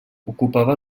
ocupava